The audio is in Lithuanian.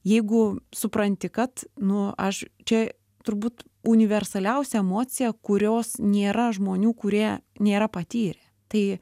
jeigu supranti kad nu aš čia turbūt universaliausia emocija kurios nėra žmonių kurie nėra patyrę tai